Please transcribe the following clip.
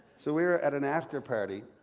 so we were at an after-party,